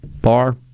bar